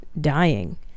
dying